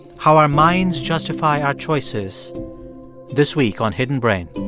how our minds justify our choices this week on hidden brain